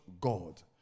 God